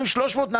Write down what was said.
חברים, התבלבלנו.